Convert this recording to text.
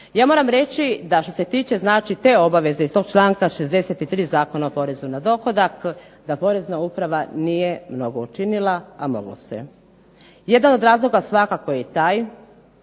Ja moram reći da što se tiče znači te obaveze iz tog članka 63. Zakona o porezu na dohodak da porezna uprava nije mnogo učinila, a moglo se. Jedan od razloga svakako je i taj,